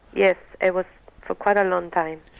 yes, it was for quite a long time.